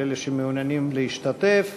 כל אלה שמעוניינים להשתתף,